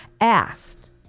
Asked